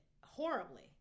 horribly